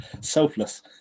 Selfless